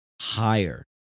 higher